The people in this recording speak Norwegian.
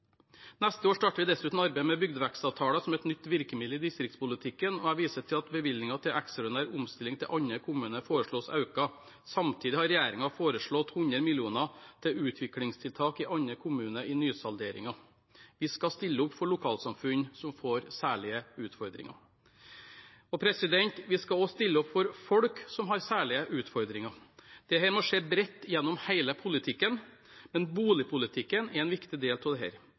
Neste år starter vi dessuten arbeidet med bygdevekstavtaler som et nytt virkemiddel i distriktspolitikken, og jeg viser til at bevilgningen til ekstraordinær omstilling til Andøy kommune foreslås økt. Samtidig har regjeringen foreslått 100 mill. kr til utviklingstiltak i Andøy kommune i nysalderingen. Vi skal stille opp for lokalsamfunn som får særlige utfordringer. Vi skal også stille opp for folk som har særlige utfordringer. Dette må skje bredt gjennom hele politikken, men boligpolitikken er en viktig del av